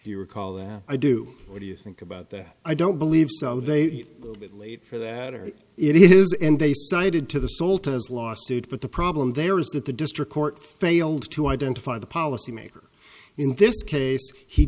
you recall that i do what do you think about that i don't believe so they will bit late for that or it is and they sided to the soul to his lawsuit but the problem there is that the district court failed to identify the policy maker in this case he